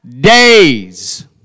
days